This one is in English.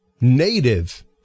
native